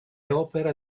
opera